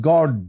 God